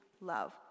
love